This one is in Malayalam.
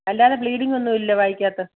അല്ലാതെ ബ്ലീഡിങ്ങ് ഒന്നും ഇല്ലല്ലോ വായ്ക്കകത്ത്